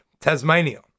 Tasmania